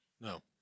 No